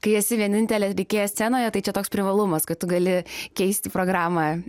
kai esi vienintelė atlikėja scenoje tai čia toks privalumas kad tu gali keisti programą